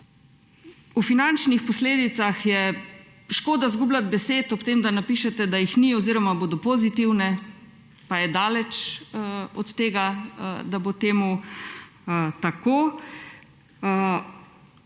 O finančnih posledicah je škoda izgubljati besed, ob tem da napišete, da jih ni oziroma bodo pozitivne, pa je daleč od tega, da bo temu tako.